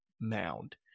mound